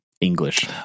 English